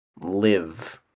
live